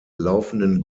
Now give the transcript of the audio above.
laufenden